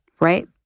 Right